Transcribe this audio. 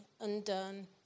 undone